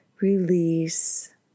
release